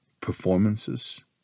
performances